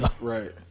right